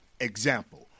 Example